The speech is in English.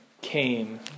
came